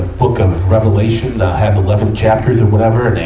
book of revelation, ah, have eleven chapters or whatever,